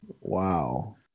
Wow